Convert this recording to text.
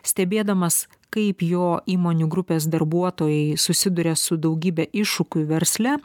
stebėdamas kaip jo įmonių grupės darbuotojai susiduria su daugybe iššūkių versle